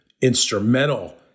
instrumental